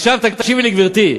עכשיו תקשיבי לי, גברתי.